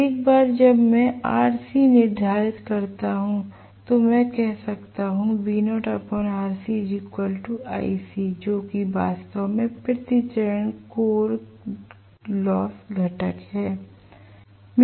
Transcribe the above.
एक बार जब मैं Rc निर्धारित करता हूं तो मैं कह सकता हूं जोकि वास्तव में प्रति चरण कोर लॉस घटक है